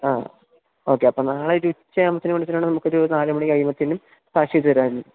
ആ ഓക്കെ അപ്പോള് നാളെ ഒരു ഉച്ചയാവുമ്പോഴത്തേനും വിളിച്ചിട്ടുണ്ടെങ്കില് നമുക്കൊരു നാലു മണി കഴിയുമ്പോവത്തേനും വാഷിതു തരാമായിരുന്നു